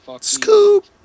Scoop